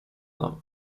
nam